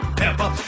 pepper